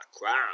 Crown